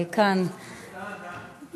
דהן, דהן.